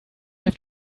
have